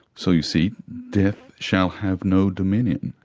so you see, death shall have no dominion.